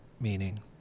meaning